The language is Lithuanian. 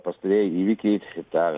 pastarieji įvykiai šitą